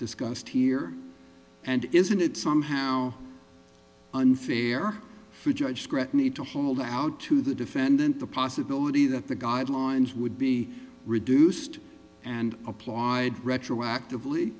discussed here and isn't it somehow unfair to judge gretta need to hold out to the defendant the possibility that the guidelines would be reduced and applied retroactive